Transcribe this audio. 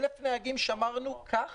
1,000 נהגים שמרנו כך